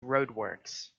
roadworks